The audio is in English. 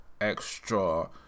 extra